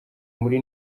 muri